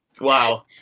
Wow